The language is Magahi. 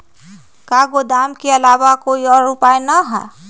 का गोदाम के आलावा कोई और उपाय न ह?